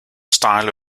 style